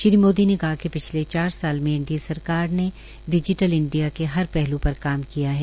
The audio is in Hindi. श्री मोदी ने कहा कि पिछले चार साल में एनडीए सरकार ने डिजिटल इंडिया के हर पहलू पर काम किया है